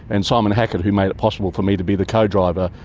and simon hackett, who made it possible for me to be the co-driver,